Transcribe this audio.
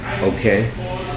okay